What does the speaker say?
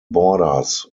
borders